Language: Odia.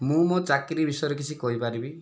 ମୁଁ ମୋ ଚାକିରି ବିଷୟରେ କିଛି କହିପାରିବି